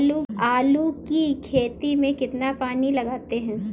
आलू की खेती में कितना पानी लगाते हैं?